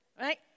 right